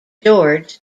george